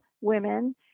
women